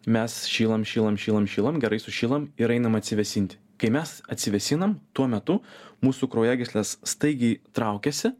mes šylam šylam šylam šylam gerai sušylam ir einame atsivėsinti kai mes atsivėsinam tuo metu mūsų kraujagyslės staigiai traukiasi